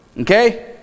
Okay